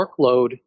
workload